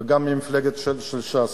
וגם ממפלגת ש"ס.